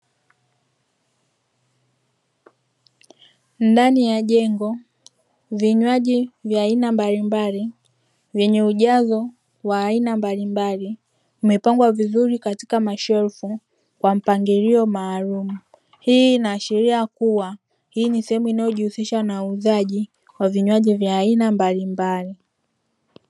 Ndani ya jengo, vinywaji vya aina mbalimbali, vyenye ujazo wa aina mbalimbali, umepangwa vizuri katika mashelfu, kwa mpangilio maalumu, hii inaashiria kuwa hii ni sehemu inayojihusisha na uuzaji wa vinywaji vya aina mbalimbali.